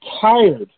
tired